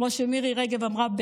כמו שמירי רגב אמרה,